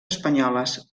espanyoles